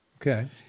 Okay